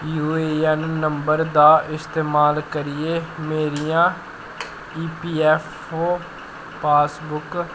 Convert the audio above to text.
U A N number दा इस्तेमाल करियै मेरियां इ पी ऐफ ओ पास बुक